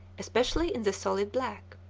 especially in the solid black.